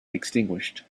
extinguished